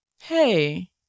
hey